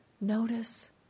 Notice